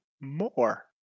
more